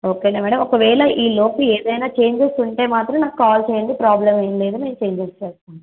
ఓకేనా మేడం ఒకవేళ ఈలోపు ఏదైనా చేంజెస్ ఉంటే మాత్రం నాకు కాల్ చేయండి ప్రాబ్లమ్ ఏమి లేదు మేము చేంజెస్ చేస్తాను